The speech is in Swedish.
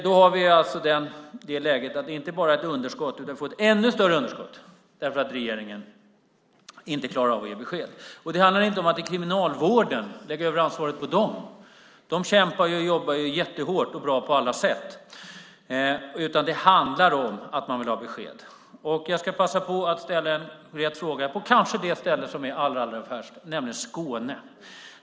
Vi har då ett läge där det inte bara är ett underskott utan ett ännu större underskott därför att regeringen inte klarar av att ge besked. Det handlar inte om att lägga över ansvaret på Kriminalvården, som kämpar och jobbar jättehårt och bra på alla sätt. Det handlar om att man vill ha besked. Jag ska passa på att ställa en konkret fråga om det ställe som är allra mest aktuellt, nämligen Skåne.